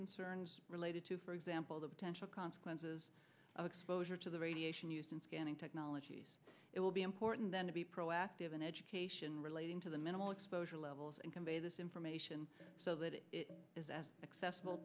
concerns related to for example the potential consequences of exposure to the radiation used in scanning technologies it will be important then to be proactive in education relating to the minimal exposure levels and convey this information so that it is as accessible